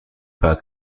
pas